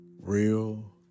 real